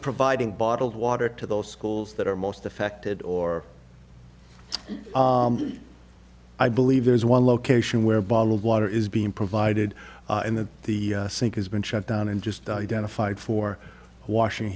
providing bottled water to those schools that are most affected or i believe there is one location where bottled water is being provided and that the sink has been shut down and just identified for washing